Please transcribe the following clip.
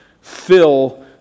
fill